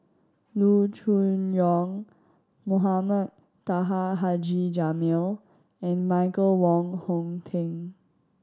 Loo Choon Yong Mohamed Taha Haji Jamil and Michael Wong Hong Teng